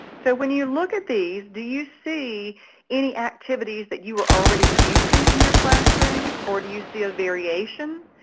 so when you look at these, do you see any activities that you are already using in your classroom or do you see a variation?